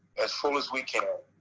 as full as we can,